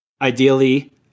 ideally